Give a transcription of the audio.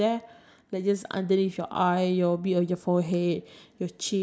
I will say if you going for the natural look I don't think foundation is a big of a deal